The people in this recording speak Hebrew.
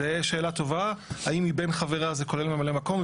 זו שאלה טוב, האם 'מבין חבריה' זה כולל ממלא מקום?